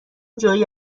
جویی